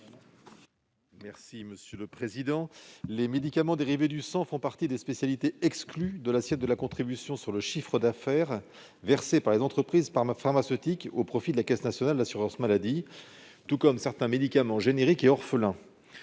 M. Martin Lévrier. Les médicaments dérivés du sang font partie des spécialités exclues de l'assiette de la contribution sur le chiffre d'affaires versée par les entreprises pharmaceutiques au profit de la Caisse nationale de l'assurance maladie (CNAM), tout comme certains médicaments génériques et orphelins.